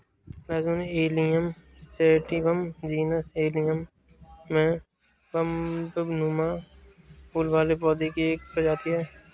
लहसुन allium sativum genus allium में बल्बनुमा फूल वाले पौधे की एक प्रजाति है